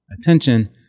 attention